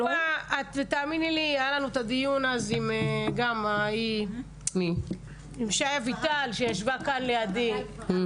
היה לנו דיון על שי אביטל עם גל גברעם שישבה לידי,